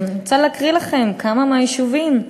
אני רוצה להקריא לכם כמה משמות היישובים: